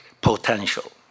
potential